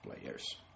players